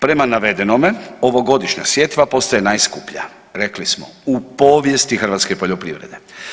Prema navedenome ovogodišnja sjetva postaje najskuplja rekli smo u povijesti hrvatske poljoprivrede.